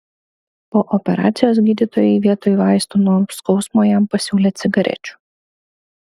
po operacijos gydytojai vietoj vaistų nuo skausmo jam pasiūlė cigarečių